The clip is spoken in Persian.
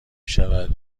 شود